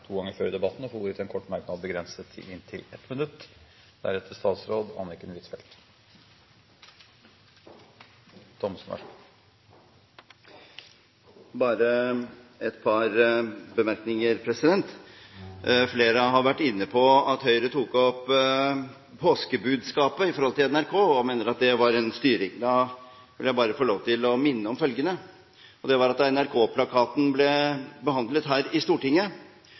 to ganger tidligere og får ordet til en kort merknad, begrenset til 1 minutt. Bare et par bemerkninger. Flere har vært inne på at Høyre tok opp påskebudskapet i tilknytning til NRK, og mener at det var styring. Da vil jeg bare få lov til å minne om følgende: Da NRK-plakaten ble behandlet i Stortinget, påpekte vi også den gang at dette punktet ikke var i